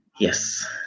yes